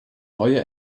neue